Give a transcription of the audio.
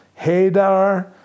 Hadar